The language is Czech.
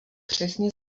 přesně